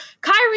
Kyrie